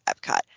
Epcot